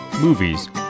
movies